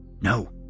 no